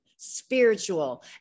spiritual